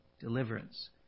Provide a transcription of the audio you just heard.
deliverance